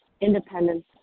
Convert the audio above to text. independence